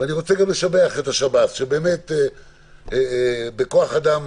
אני גם רוצה לשבח את השב"ס, שבכוח האדם